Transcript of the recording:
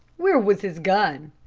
where was his gun?